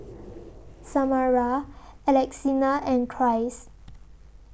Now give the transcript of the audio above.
Samara Alexina and Christ